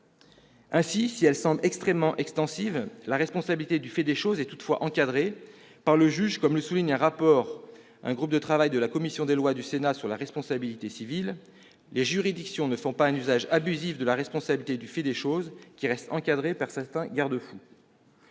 Ainsi, si elle semble extrêmement extensive, la responsabilité du fait des choses est toutefois encadrée par le juge, comme le souligne un rapport un groupe de travail de la commission des lois du Sénat sur la responsabilité civile :« Les juridictions ne font pas un usage abusif de la responsabilité du fait des choses, qui reste encadrée par certains garde-fous.